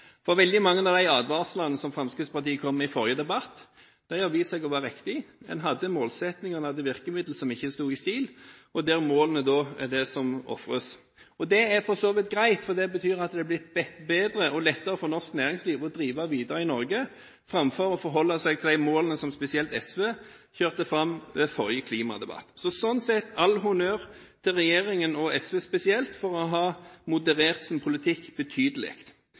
bra. Veldig mange av de advarslene som Fremskrittspartiet kom med i forrige debatt, har vist seg å være riktige. Man hadde målsettinger og virkemidler som ikke sto i stil, og der målene da er det som ofres. Det er for så vidt greit, for det betyr at det er blitt bedre og lettere for norsk næringsliv å drive videre i Norge framfor å forholde seg til de målene som spesielt SV kjørte fram ved forrige klimadebatt. Sånn sett gir jeg all honnør til regjeringen, og SV spesielt, for å ha moderert sin politikk betydelig.